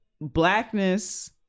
blackness